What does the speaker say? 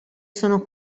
sono